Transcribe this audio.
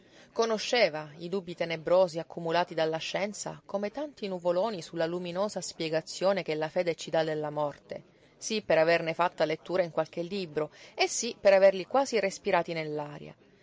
conosceva i dubbii tenebrosi accumulati dalla scienza come tanti nuvoloni su la luminosa spiegazione che la fede ci dà della morte sí per averne fatta lettura in qualche libro e sí per averli quasi respirati